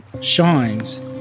shines